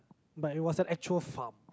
but it was an actual farm